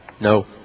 No